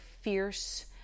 fierce